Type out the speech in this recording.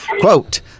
Quote